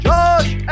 Josh